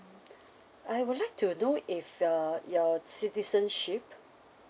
I would like to know if uh your citizenship